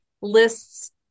lists